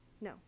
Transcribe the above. no